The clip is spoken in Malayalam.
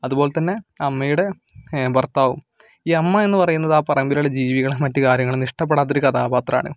അതുപോൽ തന്നെ അമ്മയുടെ ഭർത്താവും ഈ അമ്മ എന്ന് പറയുന്നത് ആ പറമ്പിലുള്ള ജീവികള് മറ്റു കാര്യങ്ങള് ഇഷ്ട്ടപ്പെടാത്തൊരു കഥാപാത്രാണ്